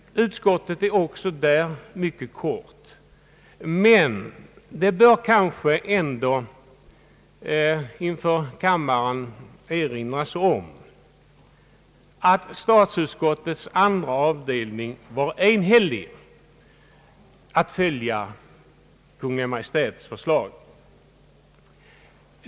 Utskottets skrivning är också där mycket kortfattad, men det bör kanske ändå erinras om att statsutskottets andra avdelning var enhällig när det gällde Kungl. Maj:ts förslag.